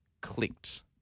clicked